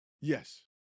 Yes